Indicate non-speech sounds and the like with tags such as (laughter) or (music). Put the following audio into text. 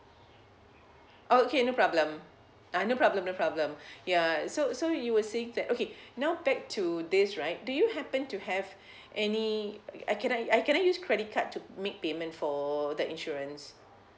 oh okay no problem uh no problem no problem (breath) ya so so you were saying that okay now back to this right do you happen to have any uh can I uh can I use credit card to make payment for the insurance